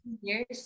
years